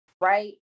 right